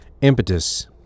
impetus